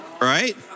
right